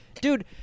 dude